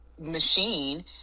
machine